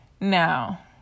Now